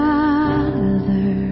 Father